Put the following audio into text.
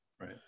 Right